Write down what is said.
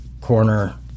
corner